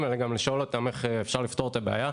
אלא גם לשאול אותם איך אפשר לפתור את הבעיה.